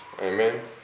Amen